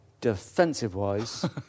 Defensive-wise